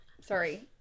sorry